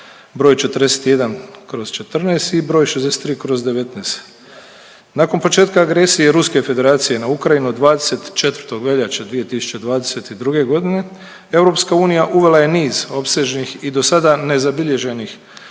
br. 41/14 i br. 63/19. Nakon početka agresije Ruske federacije na Ukrajinu 24. veljače 2022. godine, Europska unija uvela je niz opsežnih i do sada nezabilježenih